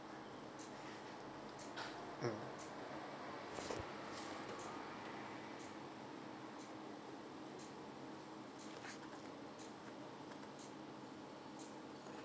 mm